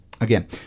Again